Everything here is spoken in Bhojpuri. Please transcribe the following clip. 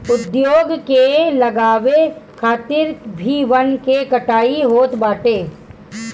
उद्योग के लगावे खातिर भी वन के कटाई होत बाटे